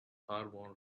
hormone